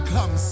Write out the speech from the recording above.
Come